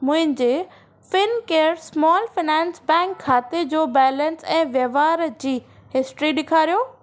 मुंहिंजे Fincare small finance bank खाते जो बेलेंसु ऐं वहिंवारु जी हिस्ट्री ॾेखारियो